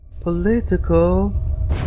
Political